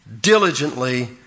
diligently